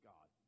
God